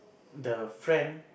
the friend